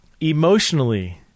emotionally